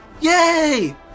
Yay